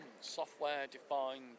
software-defined